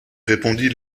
répondit